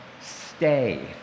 stay